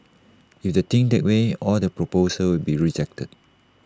if they think that way all their proposals will be rejected